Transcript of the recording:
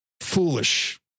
foolish